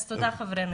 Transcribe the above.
אז תודה חברינו,